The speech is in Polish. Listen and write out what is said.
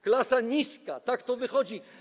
Klasa niska, tak to wychodzi.